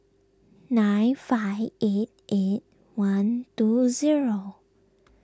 nine five eight eight one two zero